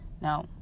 No